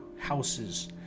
houses